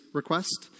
request